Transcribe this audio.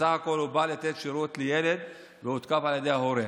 בסך הכול הוא בא לתת שירות לילד והותקף על ידי ההורה.